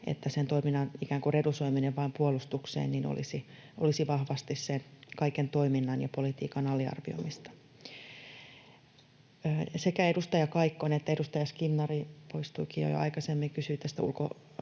että sen toiminnan ikään kuin redusoiminen vain puolustukseen olisi vahvasti sen kaiken toiminnan ja politiikan aliarvioimista. Sekä edustaja Kaikkonen että edustaja Skinnari — poistuikin jo aikaisemmin — kysyivät tästä